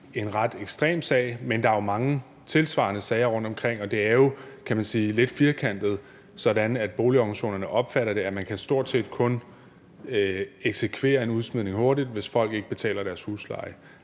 en ret ekstrem sag, men der er jo mange tilsvarende sager rundtomkring, og det er jo lidt firkantet sagt sådan, at boligorganisationerne opfatter det på den måde, at man stort set kun kan eksekvere en udsmidning hurtigt, hvis folk ikke betaler deres husleje.